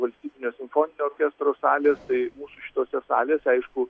valstybinio simfoninio orkestro salės mūsų šitose salėse aišku